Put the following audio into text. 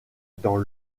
dans